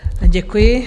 Děkuji.